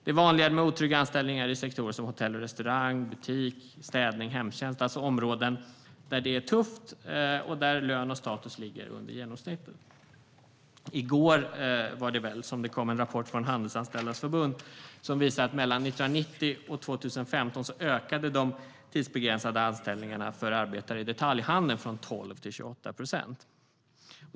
Det är vanligare med otrygga anställningar i sektorer som hotell och restaurang, butik, städning och hemtjänst, det vill säga områden där det är tufft och där lön och status ligger under genomsnittet. I går, var det väl, kom det en rapport från Handelsanställdas förbund som visar att de tidsbegränsade anställningarna för arbetare i detaljhandeln ökade från 12 till 28 procent mellan 1990 och 2015.